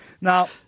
Now